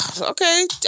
Okay